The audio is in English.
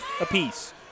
apiece